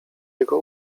jego